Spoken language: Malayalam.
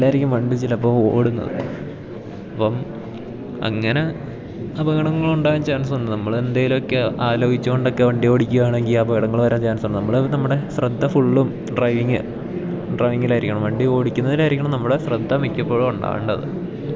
പരിധിയിലല്ലായിരിക്കും വണ്ടി ചിലപ്പോൾ ഓടുന്നത് അപ്പം അങ്ങനെ അപകടങ്ങൾ ഉണ്ടാകാൻ ചാൻസ് ഉണ്ട് നമ്മളെന്തേലുമൊക്കെ ആലോചിച്ചോണ്ടൊക്കെ വണ്ടി ഓടിക്കുവാണെങ്കിൽ അപകടങ്ങള് വരാൻ ചാൻസ് ഉണ്ട് നമ്മള് നമ്മുടെ ശ്രദ്ധ ഫുള്ളും ഡ്രൈവിങ്ങ് ഡ്രൈവിങ്ങിലായിരിക്കണം വണ്ടി ഓടിക്കുന്നതിലായിരിക്കണം നമ്മുടെ ശ്രദ്ധ മിക്കപ്പോഴും ഉണ്ടാവേണ്ടത്